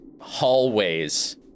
hallways